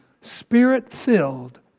Spirit-filled